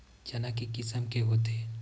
चना के किसम के होथे?